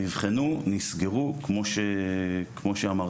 הן נבחנו, נסגרו, כמו שאמרתי.